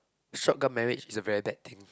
shotgun marriage is a very bad thing